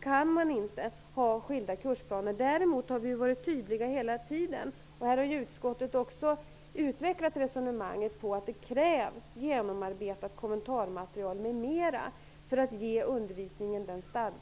kan ämnena inte ha skilda kursplaner. Regeringen har däremot hela tiden tydligt angett att det krävs genomarbetat kommentarmaterial m.m. för att undervisningen skall få stadga.